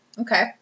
Okay